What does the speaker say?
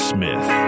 Smith